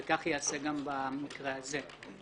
וכך ייעשה גם במקרה הזה.